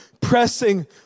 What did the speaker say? pressing